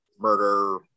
murder